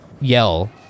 yell